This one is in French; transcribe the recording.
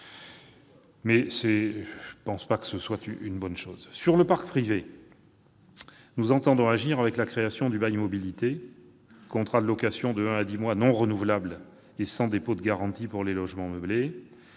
Je ne pense pas que cela soit une bonne chose. Concernant le parc privé, nous entendons agir avec la création du bail mobilité, contrat de location de un à dix mois non renouvelable et sans dépôt de garantie pour les logements meublés.